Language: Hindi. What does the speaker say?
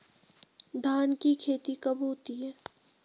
धान की खेती कब होती है?